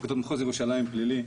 בפרקליטות מחוז ירושלים פלילי.